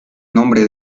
nombre